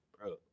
bro